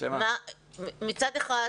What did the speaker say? מצד אחד,